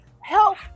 Help